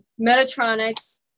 Metatronics